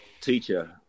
teacher